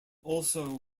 also